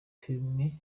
filime